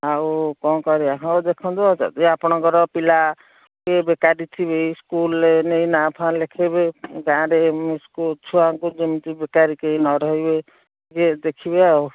ଆଉ କ'ଣ କରିବା ହଉ ଦେଖନ୍ତୁ ଯଦି ଆପଣଙ୍କର ପିଲା କିଏ ବେକାରୀ ଥିବେ ସ୍କୁଲରେ ନେଇ ନାଁ ଫାଁ ଲେଖେଇବେ ଗାଁରେ କେଉଁ ଛୁଆଙ୍କୁ ଯେମିତି ବେକାରୀ କେହି ନ ରହିବେ ଟିକେ ଦେଖିବେ ଆଉ